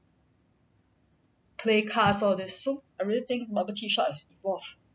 play cards all this so I really think bubble tea shop has evolved